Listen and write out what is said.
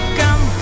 come